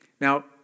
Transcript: Now